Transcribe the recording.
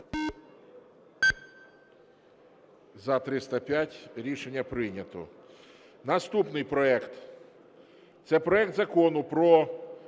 За-305 Рішення прийнято. Наступний проект – це проект Закону про